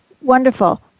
Wonderful